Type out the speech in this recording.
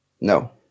No